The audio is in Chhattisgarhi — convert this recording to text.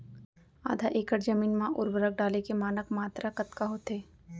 आधा एकड़ जमीन मा उर्वरक डाले के मानक मात्रा कतका होथे?